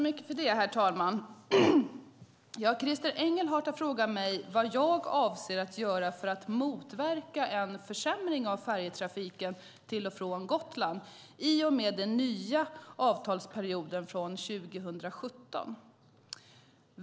Herr talman! Christer Engelhardt har frågat mig vad jag avser att göra för att motverka en försämring av färjetrafiken till och från Gotland i och med den nya avtalsperioden från 2017.